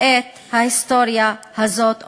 את ההיסטוריה הזאת,